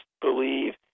believe